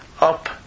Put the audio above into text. up